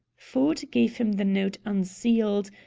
ford gave him the note, unsealed,